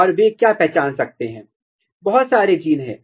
और वे क्या पहचान सकते हैं बहुत सारे जीन हैं